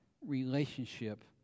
relationship